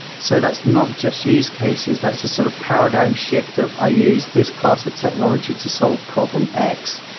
so that's not just use cases. that's a sort of paradigm shift of i use this class of technology to solve problem x,